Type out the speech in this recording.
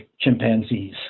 chimpanzees